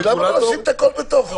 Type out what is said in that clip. למה לא לשים הכול בפנים?